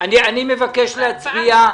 מבקש להצביע,